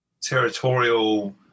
territorial